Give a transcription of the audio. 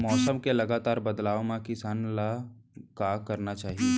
मौसम के लगातार बदलाव मा किसान ला का करना चाही?